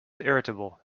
irritable